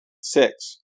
Six